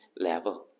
level